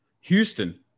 Houston